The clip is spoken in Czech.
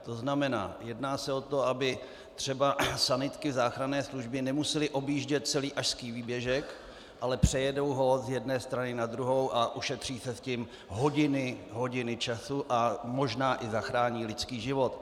To znamená, jedná se o to, aby třeba sanitky záchranné služby nemusely objíždět celý ašský výběžek, ale přejedou ho z jedné strany na druhou a ušetří se tím hodiny, hodiny času a možná i zachrání lidský život.